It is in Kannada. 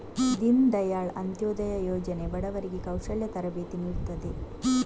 ದೀನ್ ದಯಾಳ್ ಅಂತ್ಯೋದಯ ಯೋಜನೆ ಬಡವರಿಗೆ ಕೌಶಲ್ಯ ತರಬೇತಿ ನೀಡ್ತದೆ